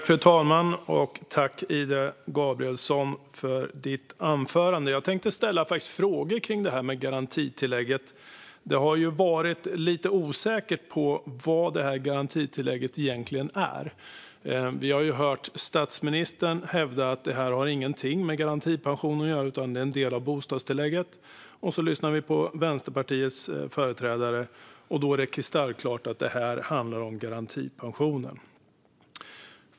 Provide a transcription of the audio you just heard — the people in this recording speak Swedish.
Fru talman! Tack, Ida Gabrielsson, för ditt anförande! Jag tänkte ställa frågor om det här med garantitillägget, för det har varit lite osäkert vad det egentligen är. Vi har hört statsministern hävda att detta inte har någonting med garantipension att göra utan att det är en del av bostadstillägget. När vi lyssnar på Vänsterpartiets företrädare är det i stället kristallklart att det handlar om garantipensionen.